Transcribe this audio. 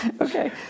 Okay